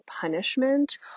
punishment